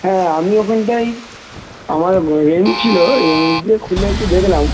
হ্যাঁ আমি ওখানটায় আমার রেঞ্চ ছিলো রেঞ্চ দিয়ে খুলে একটু দেখলাম